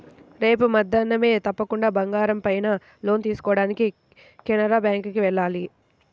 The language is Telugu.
రేపు మద్దేన్నం తప్పకుండా బంగారం పైన లోన్ తీసుకోడానికి కెనరా బ్యేంకుకి వెళ్ళాలి